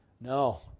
no